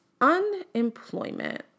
unemployment